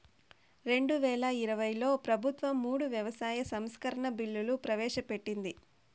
రెండువేల ఇరవైలో ప్రభుత్వం మూడు వ్యవసాయ సంస్కరణల బిల్లులు ప్రవేశపెట్టింది